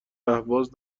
اهواز